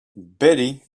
betty